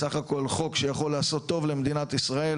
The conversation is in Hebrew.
וזה בסך הכול חוק שיכול לעשות טוב למדינת ישראל.